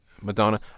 Madonna